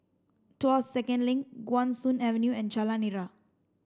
Tuas Second Link Guan Soon Avenue and Jalan Nira